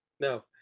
No